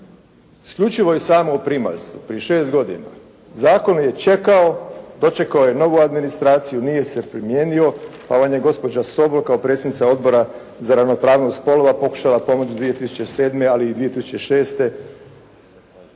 Isključivo i samo o primaljstvu. Prije 6 godina. Zakon je čekao, dočekao je novu administraciju. Nije se primijenio pa vam je gospođa Sobol kao predsjednica Odbora za ravnopravnost spolova pokušala pomoći 2007. ali i 2006.